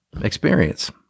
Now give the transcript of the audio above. experience